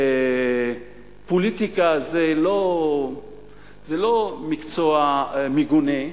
פוליטיקה זה לא מקצוע מגונה.